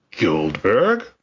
Goldberg